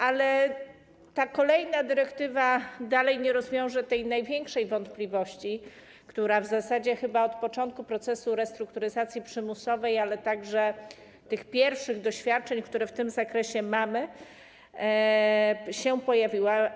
Ale ta kolejna dyrektywa dalej nie rozwieje tej największej wątpliwości, która w zasadzie chyba od początku procesu restrukturyzacji przymusowej, ale także w świetle tych pierwszych doświadczeń, które w tym zakresie mamy, się pojawiła.